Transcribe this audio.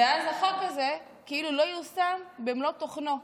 ואז החוק הזה כאילו לא יושם במלוא תוכנו.